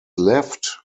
left